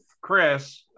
Chris